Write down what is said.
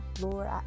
Lord